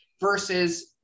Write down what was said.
versus